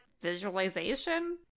visualization